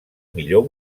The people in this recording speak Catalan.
millor